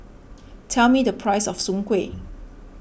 tell me the price of Soon Kueh